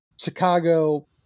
Chicago